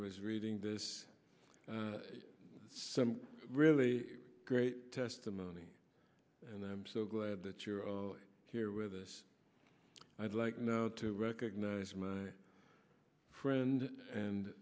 was reading this some really great testimony and i'm so glad that you're here with us i'd like to recognize my friend and